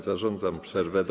Zarządzam przerwę do